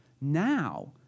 now